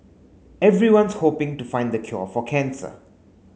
everyone's hoping to find the cure for cancer